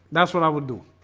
that's what i will do.